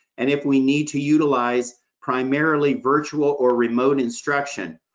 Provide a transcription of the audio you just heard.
and if we need to utilize primarily virtual or remote instruction,